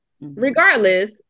regardless